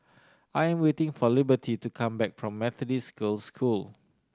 I am waiting for Liberty to come back from Methodist Girls' School